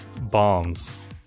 Bombs